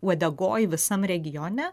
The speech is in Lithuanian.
uodegoj visam regione